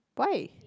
why